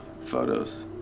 Photos